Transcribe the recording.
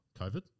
COVID